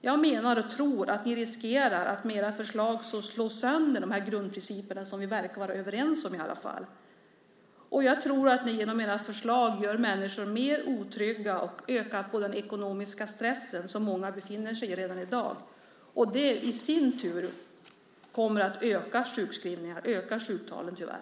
Jag menar och tror att vi riskerar att med era förslag slå sönder de grundprinciper som vi trots allt verkar vara överens om. Jag tror att ni genom era förslag gör människor mer otrygga och ökar den ekonomiska stress som många redan i dag befinner sig i. Det i sin tur kommer att öka sjuktalen - tyvärr.